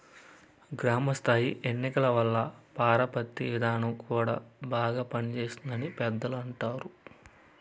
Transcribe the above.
గ్రామ స్థాయి ఎన్నికల వల్ల పరపతి విధానం కూడా బాగా పనిచేస్తుంది అని పెద్దలు అంటారు